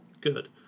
Good